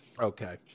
Okay